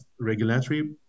regulatory